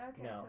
Okay